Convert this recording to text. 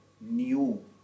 new